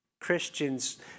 Christians